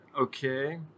Okay